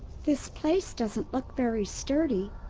this place doesn't look very sturdy.